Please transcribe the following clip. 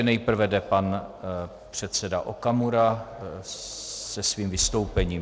Nejprve jde pan předseda Okamura se svým vystoupením.